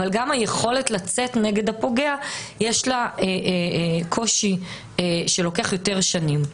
אבל גם היכולת לצאת נגד הפוגע יש לה קושי שלוקח יותר שנים.